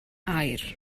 aur